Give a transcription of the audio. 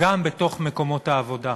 גם בתוך מקומות עבודה.